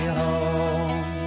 home